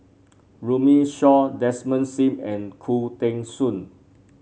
Runme Shaw Desmond Sim and Khoo Teng Soon